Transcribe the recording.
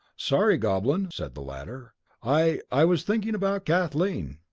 sorry, goblin, said the latter i i was thinking about kathleen.